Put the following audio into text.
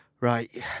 right